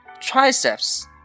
triceps